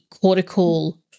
cortical